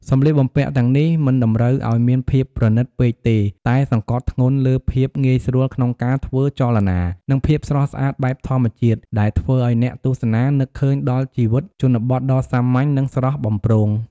សម្លៀកបំពាក់ទាំងនេះមិនតម្រូវឱ្យមានភាពប្រណិតពេកទេ តែសង្កត់ធ្ងន់លើភាពងាយស្រួលក្នុងការធ្វើចលនា និងភាពស្រស់ស្អាតបែបធម្មជាតិ ដែលធ្វើឱ្យអ្នកទស្សនានឹកឃើញដល់ជីវិតជនបទដ៏សាមញ្ញ និងស្រស់បំព្រង។